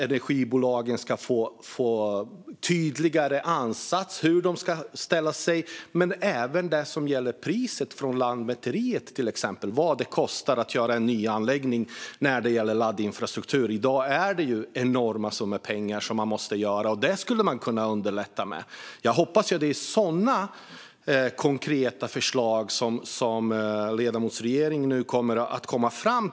Energibolagen kan få tydligare ansatser när det gäller hur de ska ställa sig. En annan fråga är Lantmäteriets pris och kostnaden för en ny anläggning för laddinfrastruktur. I dag rör det sig om enorma summor pengar, och där skulle man kunna underlätta. Jag hoppas att det är sådana konkreta förslag som ledamotens regering kommer att lägga fram.